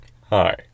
Hi